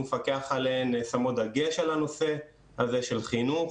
מפקח עליהן שמות דגש על הנושא הזה של חינוך,